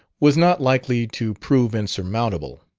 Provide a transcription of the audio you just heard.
was not likely to prove insurmountable.